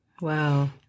Wow